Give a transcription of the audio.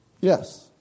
Yes